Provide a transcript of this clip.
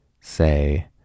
say